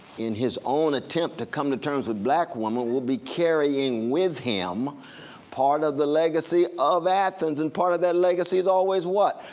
in his own attempt to come to terms with black woman will be carrying with him part of the legacy of athens, and part of that legacy's always always what?